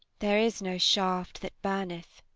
there is no shaft that burneth,